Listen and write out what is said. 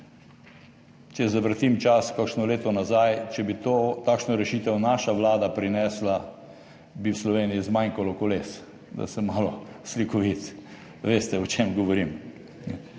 Če zavrtim čas kakšno leto nazaj, če bi takšno rešitev prinesla naša vlada, bi v Sloveniji zmanjkalo koles, da sem malo slikovit. Veste, o čem govorim.